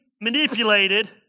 manipulated